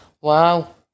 wow